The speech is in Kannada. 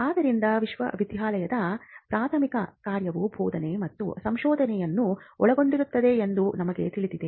ಆದ್ದರಿಂದ ವಿಶ್ವವಿದ್ಯಾಲಯದ ಪ್ರಾಥಮಿಕ ಕಾರ್ಯವು ಬೋಧನೆ ಮತ್ತು ಸಂಶೋಧನೆಯನ್ನು ಒಳಗೊಂಡಿರುತ್ತದೆ ಎಂದು ನಮಗೆ ತಿಳಿದಿದೆ